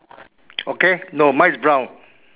okay no mine is brown